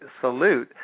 salute